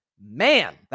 Man